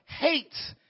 hates